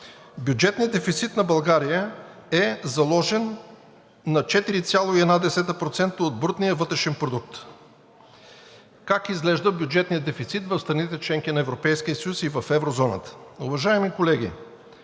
Бюджетният дефицит на България е заложен на 4,1% от брутния вътрешен продукт. Как изглежда бюджетният дефицит в страните – членки на Европейския съюз, и в еврозоната? Уважаеми колеги,